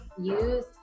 use